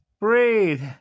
breathe